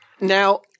Now